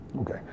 okay